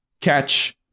catch